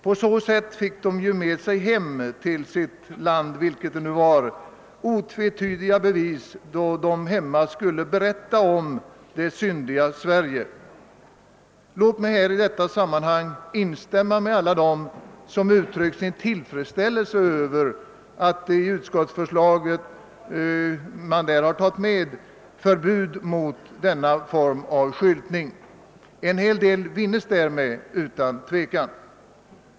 På så sätt fick de ju med sig hem till sitt land, vilket det nu var, otvetydiga bevis, då de hemma skulle berätta om det syndiga Sverige. Låt mig här i detta sammanhang instämma med alla dem som har uttryckt tillfredsställelse över att man i utskottsförslaget har tagit med förbud mot denna form av skyltning. En hel del vinnes därmed utan tvekan.